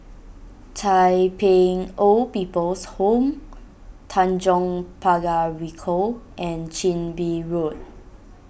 Tai Pei Old People's Home Tanjong Pagar Ricoh and Chin Bee Road